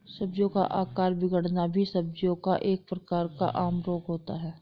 सब्जियों का आकार बिगड़ना भी सब्जियों का एक प्रकार का आम रोग होता है